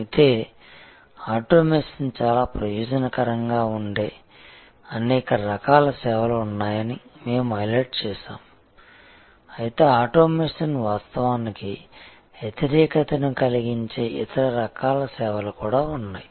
అయితే ఆటోమేషన్ చాలా ప్రయోజనకరంగా ఉండే అనేక రకాల సేవలు ఉన్నాయని మేము హైలైట్ చేసాము అయితే ఆటోమేషన్ వాస్తవానికి వ్యతిరేకతను కలిగించే ఇతర రకాల సేవలు కూడా ఉన్నాయి